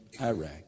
Iraq